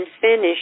finished